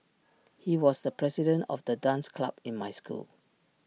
he was the president of the dance club in my school